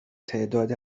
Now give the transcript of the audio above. تعداد